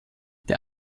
der